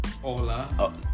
Hola